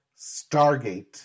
Stargate